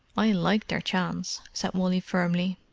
i like their chance! said wally firmly.